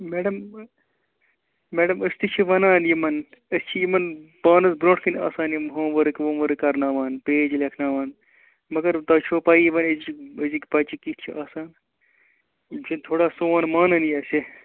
madam madam أسۍ تہِ چھِ وَنان یِمَن أسۍ چھِ یِمَن پانَس برٛونٛٹھ کَنہِ آسان یِم ہوٗم ؤرٕک ووٗم ؤرٕک کرٕناوان پیج لیکھناوان مگر تۄہہِ چھَو پَیی وۅنۍ أزِچ أزِکۍ بَچہٕ کِتھۍ چھِ آسان یِم چھِنہٕ تھوڑا سون مانانٕے اَسہِ